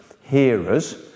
hearers